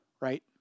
Right